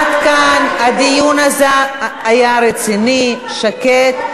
עד כאן הדיון הזה היה רציני, שקט.